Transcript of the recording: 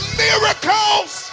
miracles